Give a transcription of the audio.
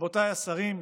רבותיי השרים,